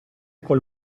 col